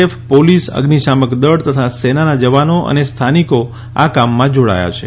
F police અઝિશામક દળ તથા સેનાના જવાનો અને સ્થાનિકો આ કામમાં જોડાયા છે